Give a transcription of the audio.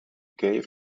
gave